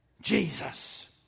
Jesus